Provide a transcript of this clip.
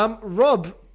Rob